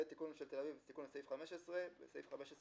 ותיקון של תל אביב זה תיקון לסעיף 15: בסעיף 15(א)(3)